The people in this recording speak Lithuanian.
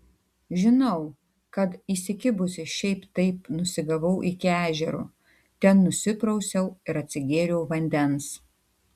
žinau kad įsikibusi šiaip taip nusigavau iki ežero ten nusiprausiau ir atsigėriau vandens